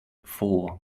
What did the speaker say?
four